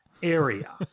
area